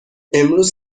امروز